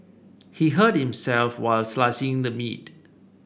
he hurt himself while slicing the meat